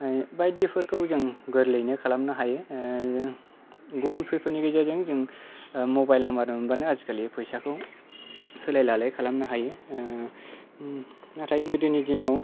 बायदिफोरखौ जों गोरलैयैनो खालामनो हायो गुगोल पे फोरनि गेजेरजों जों मबाइल नाम्बार मोनबानो आजिखालि फैसाखौ होलाय लालाय खालामनो हायो नाथाय गोदोनि दिनाव